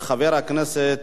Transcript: של חבר הכנסת